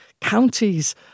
counties